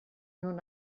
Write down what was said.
non